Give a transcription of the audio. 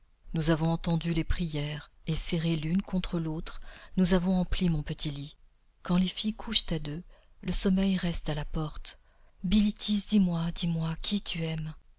nous avons entendu les prières et serrées l'une contre l'autre nous avons empli mon petit lit quand les filles couchent à deux le sommeil reste à la porte bilitis dis-moi dis-moi qui tu aimes